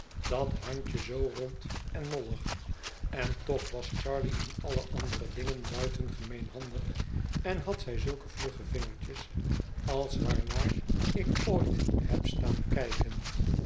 dat handje zoo rond en mollig en toch was charley in alle andere dingen buitengemeen handig en had zij zulke vlugge vingertjes als waarnaar ik ooit heb staan kijken